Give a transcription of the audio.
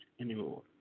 anymore